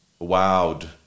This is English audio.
wowed